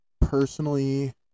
personally